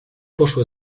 poszły